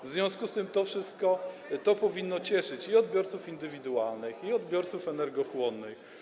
W związku z tym to powinno cieszyć i odbiorców indywidualnych, i odbiorców energochłonnych.